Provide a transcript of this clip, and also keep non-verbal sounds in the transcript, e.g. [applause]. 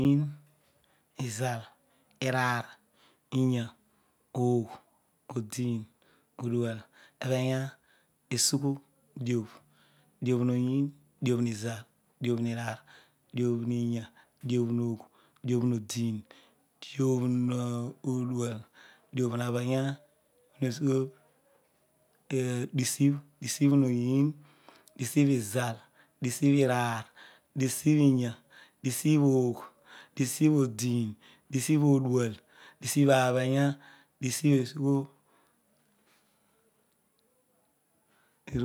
Oyin, izal, iraar, iyah as'h, odiin, odual, abhiya esugho, diabh, diabh hoyrin, diabh in zal, diabhuiraar, diabhhiya, diabhnagh, diabhhodin, diabhiodual, diabhhabhiya, dabhhesugho, [unintelligible] disbh, disibhhoyin, disibhhizal, disibhuraar, disibhuiya, disibhuagh, disibhnodin, disibhhodual, disibhnablnya, disibhhesugho